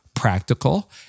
practical